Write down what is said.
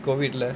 COVID lah